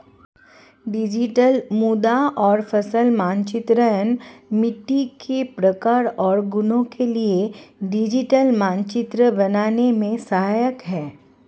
digital मृदा और फसल मानचित्रण मिट्टी के प्रकार और गुणों के लिए डिजिटल मानचित्र बनाने में सहायक है